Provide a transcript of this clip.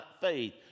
faith